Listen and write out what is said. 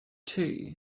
two